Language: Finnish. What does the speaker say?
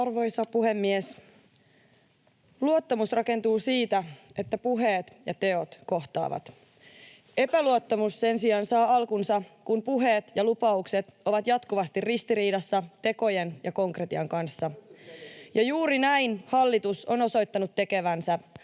Arvoisa puhemies! Luottamus rakentuu siitä, että puheet ja teot kohtaavat. Epäluottamus sen sijaan saa alkunsa, kun puheet ja lupaukset ovat jatkuvasti ristiriidassa tekojen ja konkretian kanssa [Ben Zyskowicz: Löytyi selitys